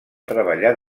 treballar